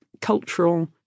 cultural